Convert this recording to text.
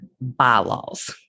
bylaws